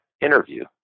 interview